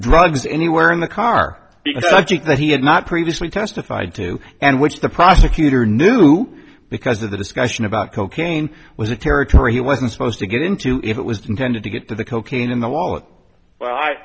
drugs anywhere in the car because he had not previously testified to and which the prosecutor knew because of the discussion about cocaine was a territory he wasn't supposed to get into if it was intended to get to the cocaine in the wallet well i